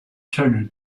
turner